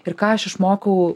ir ką aš išmokau